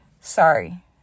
Sorry